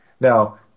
Now